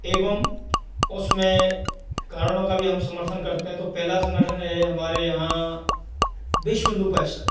एवं उसमें कारणों का भी हम समर्थन करते हैं तो पहला संगठन ये हमारे यहाँ विश्व हिन्दू परिषद